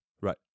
right